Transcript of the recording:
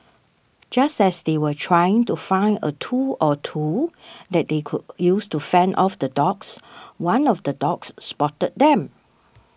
just as they were trying to find a tool or two that they could use to fend off the dogs one of the dogs spotted them